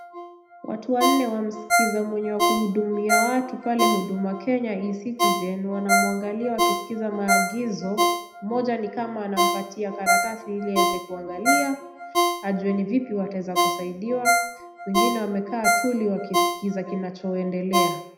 Watu wanne wamskiza mwenye wa kuhudumia watu pale huduma Kenya e-citizen wanamuangalia wakiskiza maagizo. Mmoja ni kama anampatia karatasi ili aweze kuangalia ajue ni vipi wataweza kusaidiwa wengine wamekaa tuli wakiskiza kinachoendelea.